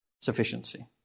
Sufficiency